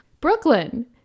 Brooklyn